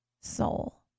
soul